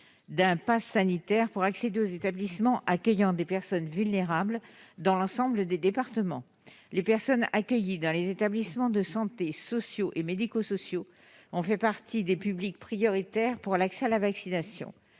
un passe sanitaire pour accéder aux établissements accueillant des personnes vulnérables dans l'ensemble des départements. Les personnes accueillies dans les établissements de santé, sociaux et médico-sociaux ont fait partie des publics prioritaires pour l'accès à la vaccination.